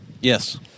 Yes